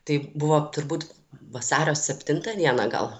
tai buvo turbūt vasario septintą dieną gal